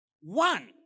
One